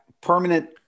permanent